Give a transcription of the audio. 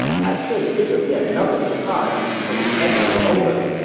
han sui figured he had nothing to hide, so he handed it over.